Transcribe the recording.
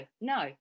no